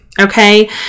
Okay